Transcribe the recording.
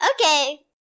Okay